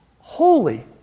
holy